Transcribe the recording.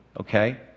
okay